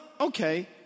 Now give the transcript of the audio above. okay